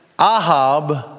Ahab